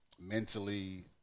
mentally